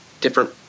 different